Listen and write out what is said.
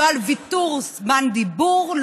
לא על ויתור זמן דיבור,